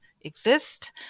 exist